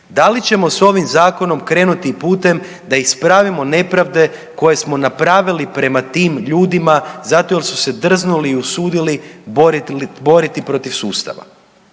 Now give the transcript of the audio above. Da li ćemo s ovim zakonom krenuti putem da ispravimo nepravde koje smo napravili prema tim ljudima zato jel su se drznuli i usudili boriti protiv sustava?